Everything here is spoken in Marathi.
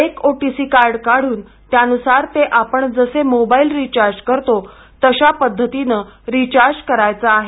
एक ओ टी सी कार्ड काढून त्यानुसार ते आपण जसे मोबाईल रिचार्ज करतो तशा पद्धतीनं रिचार्ज करायचं आहे